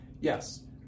yes